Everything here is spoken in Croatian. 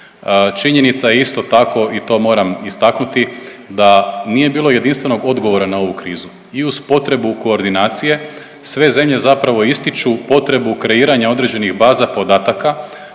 Činjenica je isto tako i to moram istaknuti da nije bilo jedinstvenog odgovora na ovu krizu. I uz potrebu koordinacije, sve zemlje zapravo ističu potrebu kreiranja određenih baza podataka